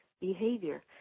behavior